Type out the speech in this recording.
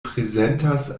prezentas